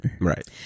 Right